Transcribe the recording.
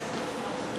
הנושא